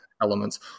elements